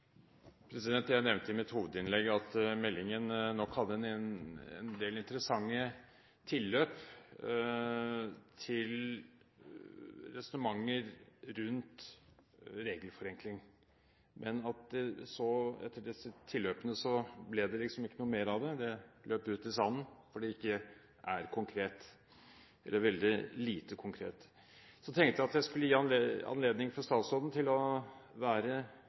bordet. Jeg nevnte i mitt hovedinnlegg at meldingen nok hadde en del interessante tilløp til resonnementer rundt regelforenkling. Men etter disse tilløpene ble det ikke noe mer av det. Det løp ut i sanden, fordi det er veldig lite konkret. Jeg tenkte jeg skulle gi statsråden anledning til å være